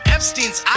Epstein's